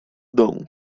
domu